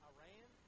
Iran